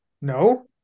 No